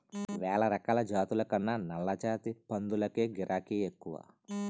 వేలరకాల జాతుల కన్నా నల్లజాతి పందులకే గిరాకే ఎక్కువ